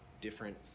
different